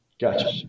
Gotcha